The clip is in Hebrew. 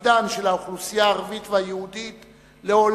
עתידה של האוכלוסייה הערבית ועתידה של האוכלוסייה היהודית לעולם,